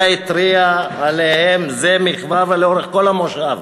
התריעה עליהם זה מכבר ולאורך כל המושב: